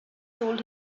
told